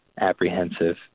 apprehensive